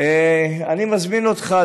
אני מזמין אותך,